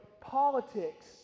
politics